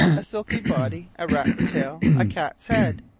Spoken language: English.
a silky body, a rat's tail, a cat's head,